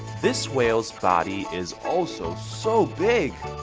this whale's body is also so big!